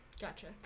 Gotcha